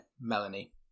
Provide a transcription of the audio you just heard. Melanie